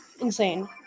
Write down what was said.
insane